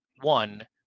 One